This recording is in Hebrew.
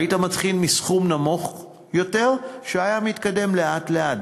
היית מתחיל מסכום נמוך יותר והוא היה מתקדם לאט-לאט.